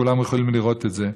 כולם יכולים לראות את זה.